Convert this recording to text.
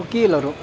ವಕೀಲರು